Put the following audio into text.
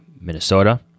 Minnesota